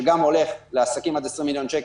שגם הולך לעסקים עד 20 מיליון שקל,